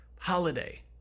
holiday